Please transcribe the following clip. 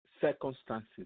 circumstances